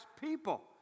people